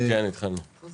יהודים על פי ההלכה,